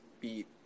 beat